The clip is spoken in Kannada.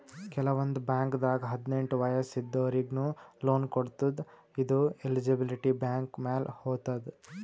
ಕೆಲವಂದ್ ಬಾಂಕ್ದಾಗ್ ಹದ್ನೆಂಟ್ ವಯಸ್ಸ್ ಇದ್ದೋರಿಗ್ನು ಲೋನ್ ಕೊಡ್ತದ್ ಇದು ಎಲಿಜಿಬಿಲಿಟಿ ಬ್ಯಾಂಕ್ ಮ್ಯಾಲ್ ಹೊತದ್